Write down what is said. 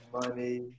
money